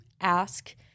ask